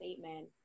statement